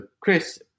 Chris